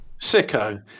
sicko